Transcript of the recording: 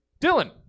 Dylan